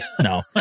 No